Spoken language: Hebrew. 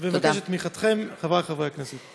אני מבקש את תמיכתכם, חברי חברי הכנסת.